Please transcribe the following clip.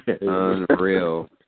Unreal